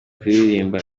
kuririmba